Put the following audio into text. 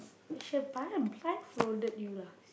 they should have bl~ blindfolded you lah